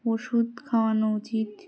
ওষুধ খাওয়ানো উচিত